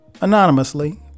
anonymously